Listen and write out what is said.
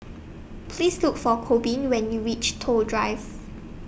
Please Look For Corbin when YOU REACH Toh Drive